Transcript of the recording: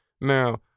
Now